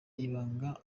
ibanga